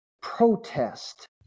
protest